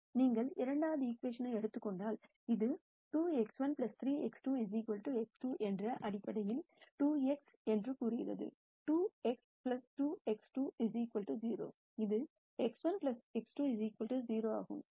நீங்கள் இரண்டாவது ஈகிவேஷன் எடுத்துக் கொண்டால் அது 2X1 3X2 X2 என்று அடிப்படையில் 2x என்று கூறுகிறது 2 X2X2 0 இது X1 X2 0 ஆகும்